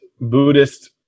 buddhist